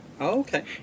Okay